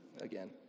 again